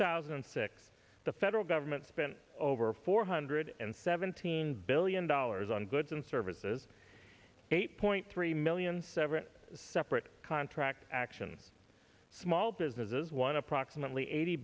thousand and six the federal government spent over four hundred and seventeen billion dollars on goods and services eight point three million seven separate contract action small businesses one approximately eighty